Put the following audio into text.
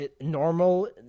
normal